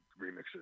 remixes